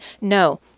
No